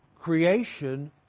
creation